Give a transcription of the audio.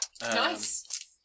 Nice